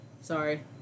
Sorry